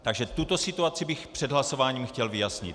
Takže tuto situaci bych před hlasováním chtěl vyjasnit.